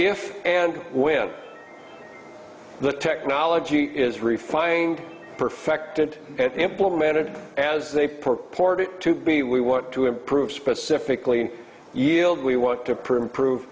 if and when the technology is refined perfected and implemented as they purported to be we want to improve specifically in yield we want to perm prove